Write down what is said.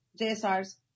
JSRs